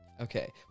Okay